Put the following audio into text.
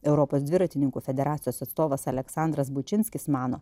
europos dviratininkų federacijos atstovas aleksandras bučinskis mano